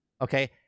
Okay